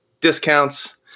discounts